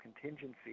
contingency